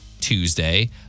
Tuesday